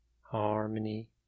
Harmony